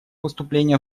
выступление